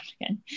again